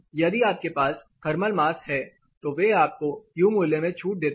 यदि आपके पास थर्मल मास है तो वे आपको यू मूल्य में छूट देते हैं